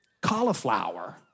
Cauliflower